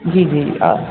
جی جی آپ